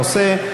הנושא: